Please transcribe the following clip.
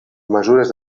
mesures